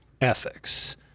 ethics